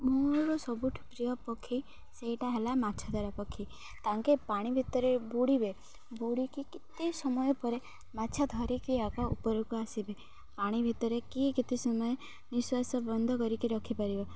ମୋର ସବୁଠୁ ପ୍ରିୟ ପକ୍ଷୀ ସେଇଟା ହେଲା ମାଛଧରା ପକ୍ଷୀ ତାଙ୍କେ ପାଣି ଭିତରେ ବୁଡ଼ିବେ ବୁଡ଼ିକି କେତେ ସମୟ ପରେ ମାଛ ଧରିକି ଆଗ ଉପରକୁ ଆସିବେ ପାଣି ଭିତରେ କିଏ କେତେ ସମୟ ନିଶ୍ୱାସ ବନ୍ଦ କରିକି ରଖିପାରିବ